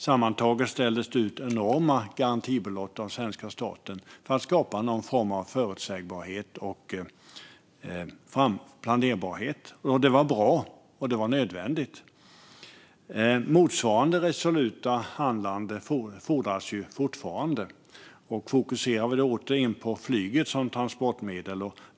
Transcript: Sammantaget ställdes det ut enorma garantibelopp av svenska staten för att skapa någon form av förutsägbarhet och planerbarhet. Det var bra och nödvändigt. Motsvarande resoluta handlande fordras fortfarande, och jag ska åter fokusera på flyget som transportmedel.